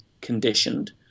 conditioned